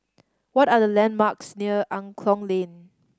what are the landmarks near Angklong Lane